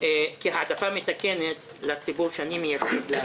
כהעדפה מתקנת לציבור שאני מייצג,